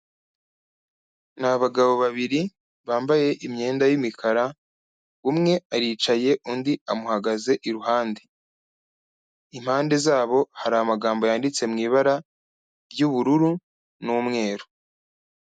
Ni abagabo babiri bambaye imyenda y'imikara, umwe aricaye, undi amuhagaze iruhande. Impande zabo hari amagambo yanditse mu ibara ry'ubururu n'umweru.